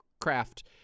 craft